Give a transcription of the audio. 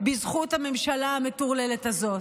בזכות הממשלה המטורללת הזאת.